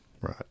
Right